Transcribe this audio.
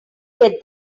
get